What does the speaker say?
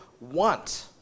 want